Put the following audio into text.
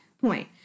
point